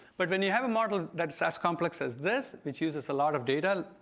but when you have a model that's as complex as this which uses a lot of data,